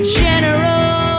general